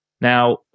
Now